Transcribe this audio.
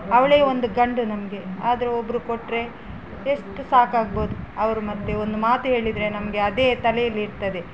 ಅವಳೆ ಒಂದು ಗಂಡು ನಮಗೆ ಆದರು ಒಬ್ಬರು ಕೊಟ್ಟರೆ ಎಷ್ಟು ಸಾಕಾಗ್ಬೊದು ಅವರು ಮತ್ತೆ ಒಂದು ಮಾತು ಹೇಳಿದರೆ ನಮಗೆ ಅದೇ ತಲೇಲಿ ಇರ್ತದೆ